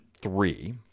three